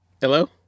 Hello